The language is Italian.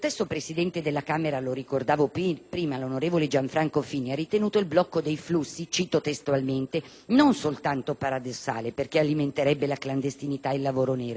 Camera, onorevole Gianfranco Fini, ha ritenuto il blocco dei flussi - cito testualmente - «non soltanto paradossale, perché alimenterebbe la clandestinità e il lavoro nero, ma sarebbe sbagliato».